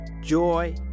joy